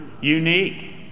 unique